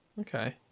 okay